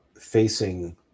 facing